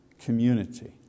community